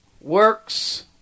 works